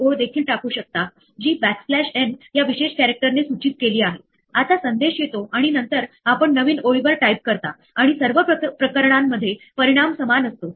programme syntactically अचूक आहे जसे की पायथोन इंटरप्रीटर कार्यान्वित करू शकेल परंतु कोड कार्यन्वित करताना काही त्रुटी उद्भवतील